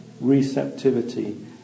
receptivity